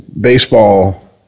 baseball